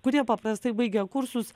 kurie paprastai baigia kursus